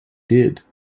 did